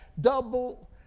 double